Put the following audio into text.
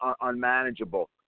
unmanageable